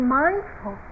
mindful